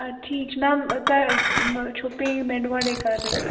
اَدٕ ٹھیٖک چھُ میٚم تۄہہِ چھُو پیمینٛٹ گۄڈے کَرٕنۍ